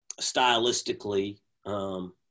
stylistically –